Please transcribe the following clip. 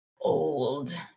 Old